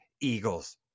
Eagles